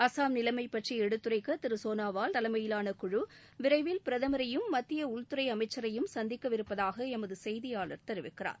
அசாம் நிலைமை பற்றி எடுத்துரைக்க திரு சோனோவால் தலைமயிலான குழு விரைவில் பிரதமரையும் மத்திய உள்துறை அமைச்சரையும் சந்திக்கவிருப்பதாக எமது செய்தியாளர் தெரிவிக்கிறார்